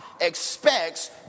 expects